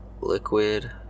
liquid